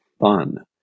fun